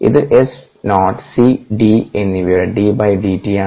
ഇത് S0 C D എന്നിവയുടെ d d t ആണ്